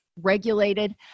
regulated